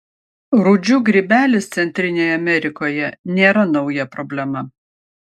rūdžių grybelis centrinėje amerikoje nėra nauja problema